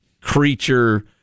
creature